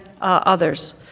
others